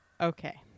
okay